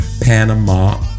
Panama